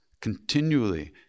continually